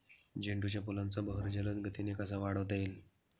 झेंडू फुलांचा बहर जलद गतीने कसा वाढवता येईल?